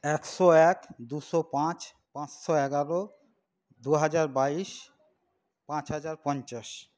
একশো এক দুশো পাঁচ পাঁচশো এগারো দু হাজার বাইশ পাঁচ হাজার পঞ্চাশ